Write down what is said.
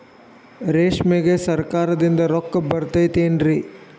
ರೇಷ್ಮೆಗೆ ಸರಕಾರದಿಂದ ರೊಕ್ಕ ಬರತೈತೇನ್ರಿ?